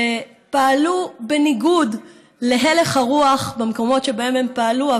שפעלו בניגוד להלך הרוח במקומות שבהם הם פעלו,